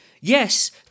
yes